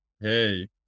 hey